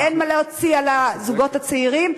אין מה להציע לזוגות הצעירים,